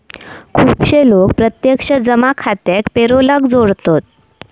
खुपशे लोक प्रत्यक्ष जमा खात्याक पेरोलाक जोडतत